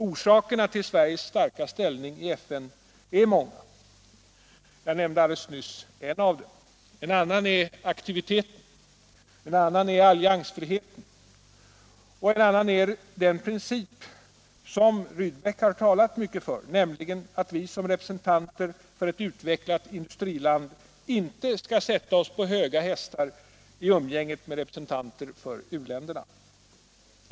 Orsakerna till Sveriges starka ställning i FN är många. Jag nämnde alldeles nyss en av dem. En annan är aktiviteten, en tredje alliansfriheten och en fjärde Rydbeck-principen att vi som representanter för ett utvecklat industriland icke skall sätta oss på höga hästar i umgänget med representanter för u-länderna.